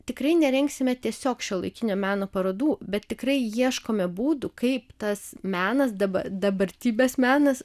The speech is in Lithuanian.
tikrai nerengsime tiesiog šiuolaikinio meno parodų bet tikrai ieškome būdų kaip tas menas dabar dabartybės menas